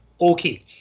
okay